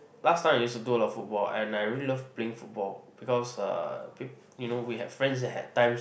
last time I used to do a lot of football and I really love playing football because uh peop~ you know we have friends that had times